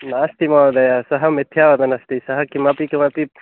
नास्ति महोदय सः मिथ्या वदनस्ति सः किमपि किमपि